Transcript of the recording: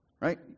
right